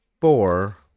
four